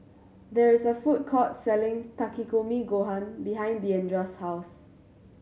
there is a food court selling Takikomi Gohan behind Diandra's house